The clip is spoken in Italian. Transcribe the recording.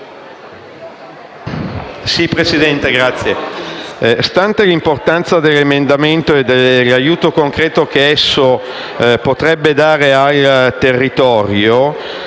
Presidente, considerata l'importanza dell'emendamento e l'aiuto concreto che esso potrebbe dare al territorio,